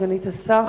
סגנית השר,